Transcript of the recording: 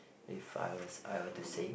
if I was I were to say